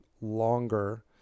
longer